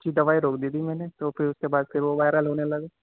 جی دوائی روک دی تھی میں نے تو پھر اُس کے بعد سے وہ وائرل ہونے لگا